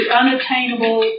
unattainable